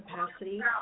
capacity